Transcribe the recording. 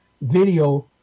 video